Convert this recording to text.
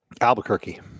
Albuquerque